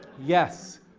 yes,